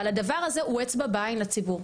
אבל הדבר הזה הוא אצבע בעין לציבור.